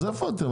איפה אתם?